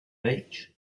beach